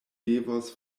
devos